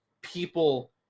people